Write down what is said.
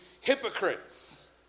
hypocrites